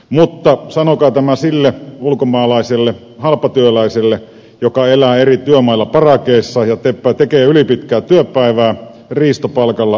mutta sanokaa tämä sille ulkomaalaiselle halpatyöläiselle joka elää eri työmailla parakeissa ja tekee ylipitkää työpäivää riistopalkalla riistotyöehdoilla